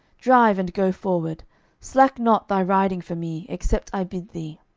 drive, and go forward slack not thy riding for me, except i bid thee.